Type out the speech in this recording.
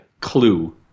clue